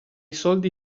soldi